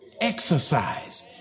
exercise